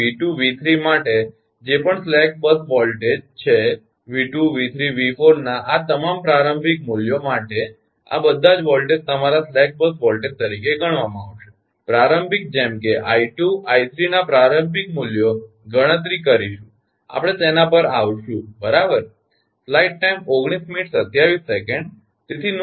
તેથી 𝑉2 𝑉3 માટે જે પણ સ્લેક બસ વોલ્ટેજ છે 𝑉2 𝑉3 𝑉4 ના આ તમામ પ્રારંભિક મૂલ્યો માટે આ બધા જ વોલ્ટેજ તમારા સ્લેક બસ વોલ્ટેજ તરીકે ગણવામાં આવશે પ્રારંભિક જેમ કે 𝑖2 𝑖3 ના પ્રારંભિક મૂલ્યો ગણતરી કરીશું આપણે તેના પર આવીશું બરાબર